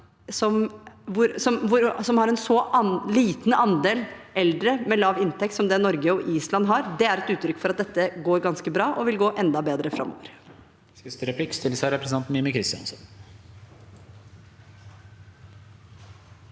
som har en så liten andel eldre med lav inntekt som det Norge og Island har. Det er et uttrykk for at dette går ganske bra og vil gå enda bedre framover.